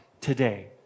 today